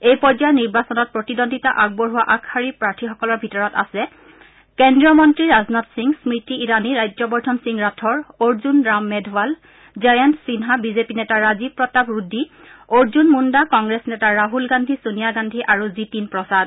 এই পৰ্যায়ৰ নিৰ্বাচনত প্ৰতিদ্বন্দ্বিতা আগবঢ়োৱা আগশাৰীৰ প্ৰাৰ্থীসকলৰ ভিতৰত আছে কেন্দ্ৰীয় মন্ত্ৰী ৰাজনাথ সিং স্মৃতি ইৰাণী ৰাজ্যবৰ্ধন সিং ৰাথোড় অৰ্জুন ৰাম মেধৱাল জয়ন্ত সিনহা বিজেপি নেতা ৰাজীৱ প্ৰতাপ ৰুডী অৰ্জুন মুণ্ডা কংগ্ৰেছ নেতা ৰাহুল গান্ধী ছোনিয়া গান্ধী আৰু জিতিন প্ৰসাদ